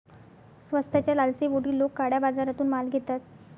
स्वस्ताच्या लालसेपोटी लोक काळ्या बाजारातून माल घेतात